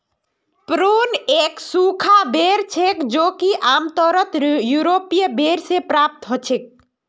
prune एक सूखा बेर छेक जो कि आमतौरत यूरोपीय बेर से प्राप्त हछेक